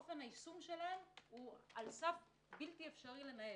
אופן היישום שלהן הוא על סף בלתי-אפשרי לנהל.